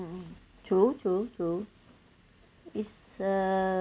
true true true is a